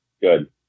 Good